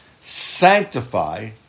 Sanctify